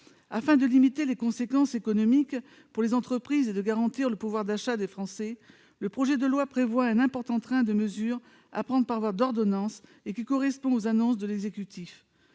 Afin de limiter les conséquences économiques pour les entreprises et de garantir le pouvoir d'achat des Français, le présent projet de loi prévoit un important train de mesures à prendre par voie d'ordonnances. Ces mesures correspondent aux annonces de l'exécutif.